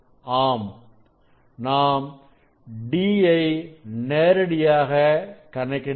ஆம் நாம் d நேரடியாக கணக்கிட வில்லை